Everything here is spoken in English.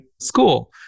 school